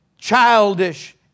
childish